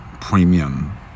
premium